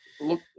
look